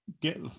Get